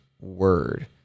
word